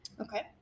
Okay